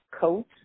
coat